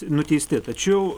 nuteisti tačiau